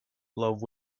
love